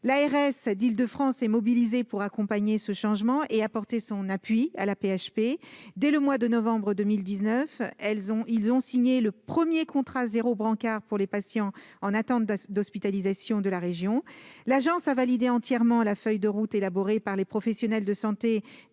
L'ARS d'Île-de-France est mobilisée pour accompagner ce changement et apporter son appui à l'AP-HP. En novembre 2019, l'ARS et l'AP-HP ont signé le premier contrat « zéro brancard pour les patients en attente d'hospitalisation » de la région. L'Agence a validé entièrement la feuille de route élaborée par les professionnels de santé